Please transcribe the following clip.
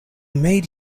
made